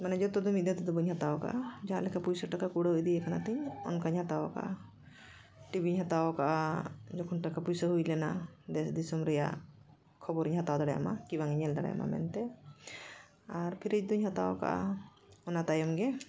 ᱢᱟᱱᱮ ᱡᱷᱚᱛᱚ ᱫᱚ ᱢᱤᱫ ᱫᱷᱟᱣ ᱛᱮᱫᱚ ᱵᱟᱹᱧ ᱦᱟᱛᱟᱣ ᱠᱟᱜᱼᱟ ᱡᱟᱦᱟᱸ ᱞᱮᱠᱟ ᱯᱩᱭᱥᱟᱹ ᱴᱟᱠᱟ ᱠᱩᱲᱟᱹᱣ ᱤᱫᱤᱭ ᱠᱟᱱᱟᱛᱤᱧ ᱚᱱᱠᱟᱧ ᱦᱟᱛᱟᱣ ᱠᱟᱜᱼᱟ ᱴᱤᱵᱷᱤᱧ ᱦᱟᱛᱟᱣ ᱠᱟᱜᱼᱟ ᱡᱚᱠᱷᱚᱱ ᱴᱟᱠᱟ ᱯᱩᱭᱥᱟᱹ ᱦᱩᱭ ᱞᱮᱱᱟ ᱫᱮᱥ ᱫᱤᱥᱚᱢ ᱨᱮᱱᱟᱜ ᱠᱷᱚᱵᱚᱨᱤᱧ ᱦᱟᱛᱟᱣ ᱫᱟᱲᱮᱭᱟᱜ ᱢᱟ ᱠᱤᱵᱟᱝ ᱤᱧ ᱧᱮᱞ ᱫᱟᱲᱮᱭᱟᱜ ᱢᱟ ᱢᱮᱱᱛᱮ ᱟᱨ ᱯᱷᱨᱤᱡᱽ ᱫᱩᱧ ᱦᱟᱛᱟᱣ ᱠᱟᱜᱼᱟ ᱚᱱᱟ ᱛᱟᱭᱚᱢ ᱜᱮ